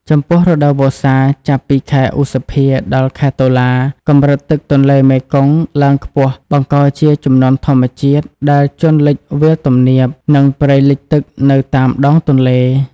ចំពោះ រដូវវស្សា ចាប់ពីខែឧសភា ដល់ ខែតុលា កម្រិតទឹកទន្លេមេគង្គឡើងខ្ពស់ បង្កជាជំនន់ធម្មជាតិ ដែលជន់លិចវាលទំនាប និងព្រៃលិចទឹកនៅតាមដងទន្លេ។